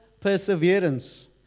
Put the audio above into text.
perseverance